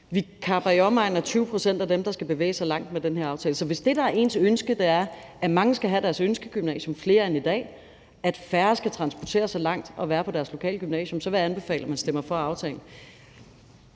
Vi kapper i omegnen af 20 pct. af det i forhold til dem, der skal bevæge sig langt, med den her aftale. Så hvis det, der er ens ønske, er, at mange skal have deres ønskegymnasium, flere end i dag, at færre skal transportere sig langt og være på deres lokale gymnasium, vil jeg anbefale, at man stemmer for aftalen.